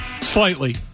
Slightly